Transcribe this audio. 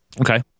Okay